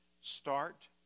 start